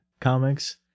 comics